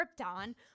Krypton